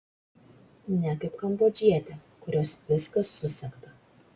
ne kaip kambodžietė kurios viskas susegta